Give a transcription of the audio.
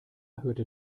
hörte